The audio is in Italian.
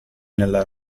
nella